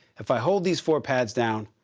if i hold these four pads down,